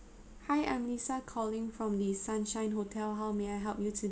hi I'm lisa calling from the sunshine hotel how may I help you today